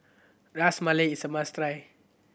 Ras Malai is a must try